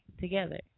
together